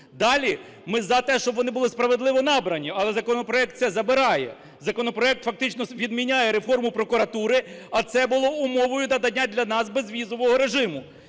Далі: ми за те, щоб вони були справедливо набрані, але законопроект це забирає, законопроект фактично відміняє реформу прокуратури, а це було умовою надання для нас безвізового режиму.